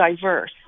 diverse